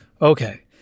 Okay